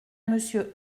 monsieur